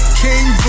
king